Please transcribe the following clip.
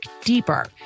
deeper